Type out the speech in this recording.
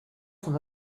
son